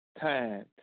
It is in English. time